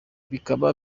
bikaba